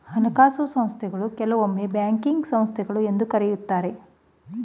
ಹಣಕಾಸು ಸಂಸ್ಥೆಗಳನ್ನು ಕೆಲವೊಮ್ಮೆ ಬ್ಯಾಂಕಿಂಗ್ ಸಂಸ್ಥೆಗಳು ಎಂದು ಕರೆಯುತ್ತಾರೆ